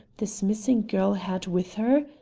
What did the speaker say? this missing girl had with her?